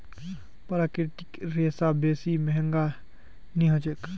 प्राकृतिक रेशा बेसी महंगा नइ ह छेक